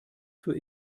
für